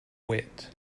wit